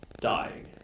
dying